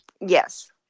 Yes